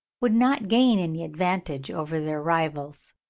would not gain any advantage over their rivals.